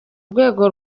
rwego